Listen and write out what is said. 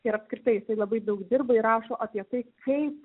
ir apskritai jisai labai daug dirbai ir rašo apie tai kaip